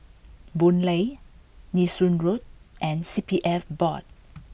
Boon Lay Nee Soon Road and C P F Board